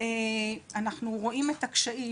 אנחנו רואים את הקשיים.